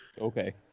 Okay